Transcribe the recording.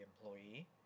employee